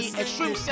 extreme